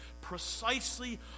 precisely